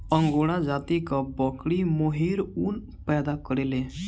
angora जाति कअ बकरी मोहेर ऊन पैदा करेले